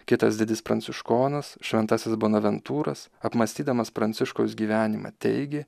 kitas didis pranciškonas šventasis bonaventūras apmąstydamas pranciškaus gyvenimą teigė